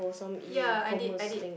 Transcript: ya I did I did